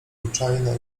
ruczajna